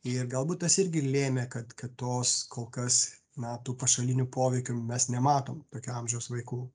ir galbūt tas irgi lėmė kad kad tos kol kas na tų pašalinių poveikių mes nematom tokio amžiaus vaikų